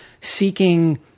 seeking